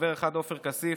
חבר אחד: עופר כסיף,